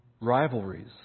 Rivalries